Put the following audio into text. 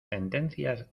sentencias